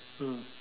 mm